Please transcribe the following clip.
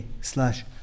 slash